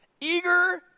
Eager